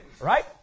Right